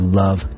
love